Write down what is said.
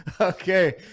Okay